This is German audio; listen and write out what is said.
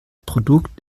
produkt